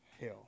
hell